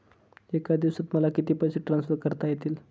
एका दिवसात मला किती पैसे ट्रान्सफर करता येतील?